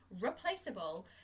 replaceable